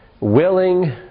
willing